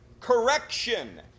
correction